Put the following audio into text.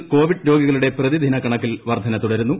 കേരളത്തിൽ കോവിഡ് രോഗികളുടെ പ്രതിദിന കണക്കിൽ വർദ്ധന തുടരുന്നു